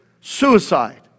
suicide